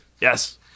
Yes